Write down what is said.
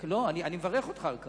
אני מברך אותך על כך.